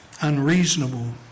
unreasonable